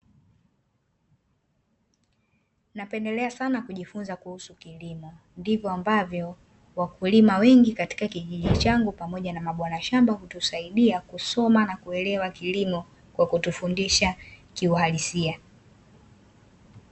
Napendelea sana kujifunza kuhusu kilimo, ndivyo ambavyo wakulima wengi katika kijiji changu pamoja na mabwana shamba hutusaidia kusoma na kuelewa kilimo kwa kutufundisha kiuhalisia.